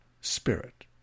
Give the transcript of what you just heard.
Spirit